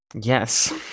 Yes